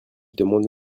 demande